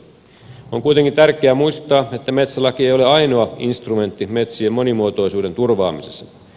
on kuitenkin tärkeää muistaa että metsälaki ei ole ainoa instrumentti metsien monimuotoisuuden turvaamisessa